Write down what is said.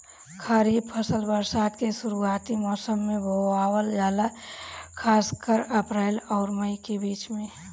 खरीफ फसल बरसात के शुरूआती मौसम में बोवल जाला खासकर अप्रैल आउर मई के बीच में